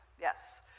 yes